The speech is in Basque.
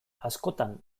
askotan